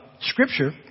Scripture